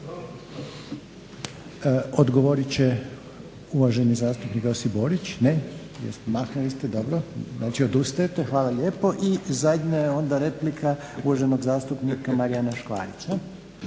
odgovorit će uvaženi zastupnik Josip Borić. Ne. Odustajete. Hvala lijepo. I zadnja je onda replika uvaženog zastupnika Marijana Škvarića.